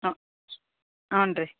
ಹಾಂ ಹ್ಞಾ ರೀ